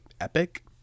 epic